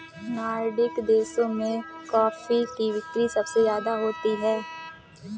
Nordic देशों में coffee की बिक्री सबसे ज्यादा होती है